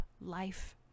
life